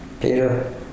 Peter